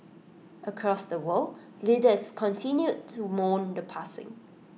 across the world leaders continued to mourn the passing